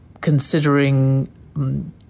considering